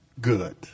good